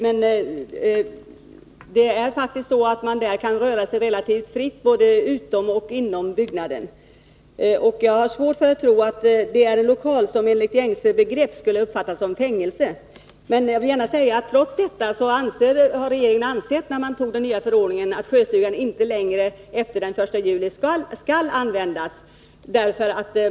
Men det är faktiskt så att man där kan röra sig relativt fritt, både utom och inom byggnaden. Jag har svårt att tro att det är en lokal som enligt gängse begrepp skulle uppfattas som ett fängelse. Men jag vill gärna säga att regeringen trots detta har ansett, när man antog den nya förordningen, att Sjöstugan efter den 1 juli inte längre skall användas.